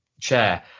chair